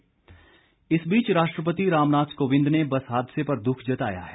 शोक इस बीच राष्ट्रपति रामनाथ कोविंद ने बस हादसे पर दुख जताया है